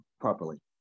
Properly